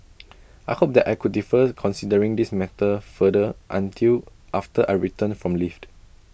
I hoped that I could defers considering this matter further until after I return from leaved